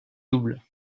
double